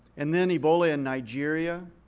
and then ebola in nigeria,